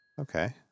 Okay